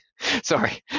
Sorry